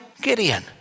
Gideon